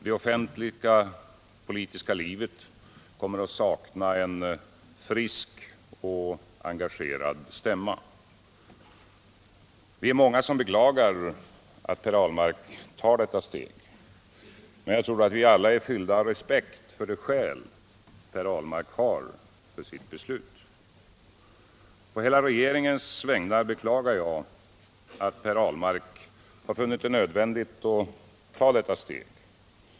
Det offentliga politiska livet kommer att sakna en frisk och engagerad stämma. Vi är många som beklagar att Per Ahlmark tar detta steg, men jag tror att vi alla är fyllda av respekt för de skäl Per Ahlmark har för sitt beslut. På hela regeringens vägnar beklagar jag att Per Ahlmark har funnit det nödvändigt att ta detta steg.